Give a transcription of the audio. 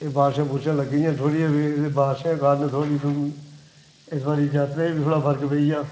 एह् बारशां बूरशां लग्गी दियां थोहड़ियां ते इ'नें बारशें दे कारण इस बारी जात्तरा च बी थोह्ड़ा फर्क पेई गेेआ